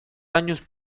años